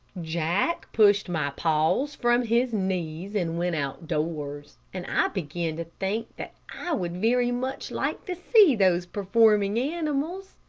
jack pushed my paws from his knees and went outdoors, and i began to think that i would very much like to see those performing animals.